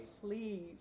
please